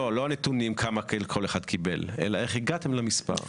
לא הנתונים כמה כל אחד קיבל, אלא איך הגעתם למספר?